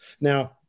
Now